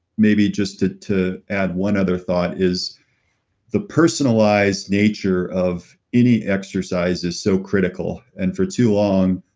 maybe just to to add one other thought, is the personalized nature of any exercise is so critical. and for too long,